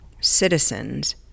citizens